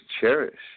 cherish